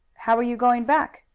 how are you going back?